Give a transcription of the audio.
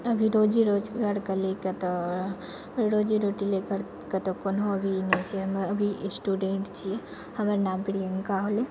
अभी रोजी रोजगारके लए के तऽ रोजी रोटी लेकर तऽ कोनो भी नहि छै अभी स्टूडेण्ट छियै हमर नाम प्रियंका होलै